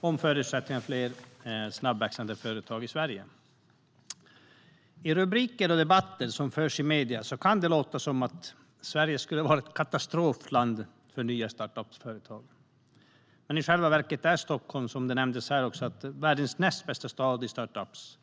om förutsättningar för fler snabbväxande företag i Sverige. I rubriker och debatter som förs i medierna kan det låta som att Sverige skulle vara ett katastrofland för nya startup-företag. Men i själva verket är Stockholm, som nämndes här, världens näst bästa stad för startups.